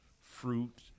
fruit